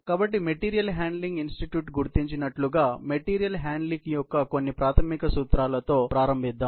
కాబట్టి material handling institute గుర్తించినట్లుగా material handling యొక్క కొన్ని ప్రాథమిక సూత్రాలతో ప్రారంభిద్దాం